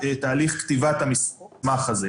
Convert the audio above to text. תהליך כתיבת המסמך הזה.